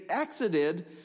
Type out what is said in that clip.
exited